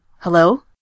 Hello